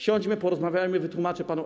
Siądźmy, porozmawiajmy, wytłumaczę panu.